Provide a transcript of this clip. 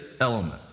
element